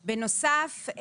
בנוסף,